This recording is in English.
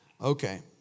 Okay